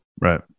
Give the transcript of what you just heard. Right